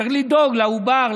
צריך לדאוג לעובר,